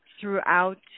throughout